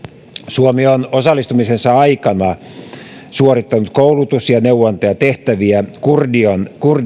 suomi on osallistumisensa aikana suorittanut koulutus ja neuvonantotehtäviä kurdien